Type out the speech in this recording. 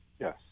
Yes